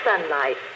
sunlight